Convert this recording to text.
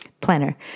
planner